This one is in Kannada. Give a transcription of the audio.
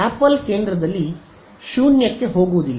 ಆಪಲ್ ಕೇಂದ್ರದಲ್ಲಿ 0 ಕ್ಕೆ ಹೋಗುವುದಿಲ್ಲ